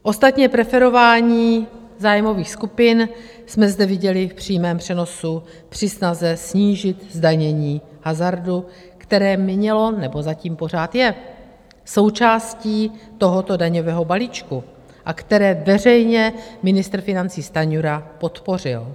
Ostatně preferování zájmových skupin jsme zde viděli v přímém přenosu při snaze snížit zdanění hazardu, které bylo nebo zatím pořád je součástí tohoto daňového balíčku a které veřejně ministr financí Stanjura podpořil.